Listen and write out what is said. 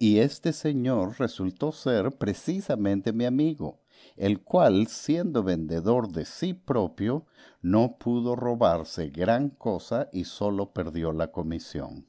y este señor resultó ser precisamente mi amigo el cual siendo vendedor de sí propio no pudo robarse gran cosa y sólo perdió la comisión